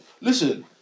Listen